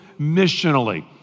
missionally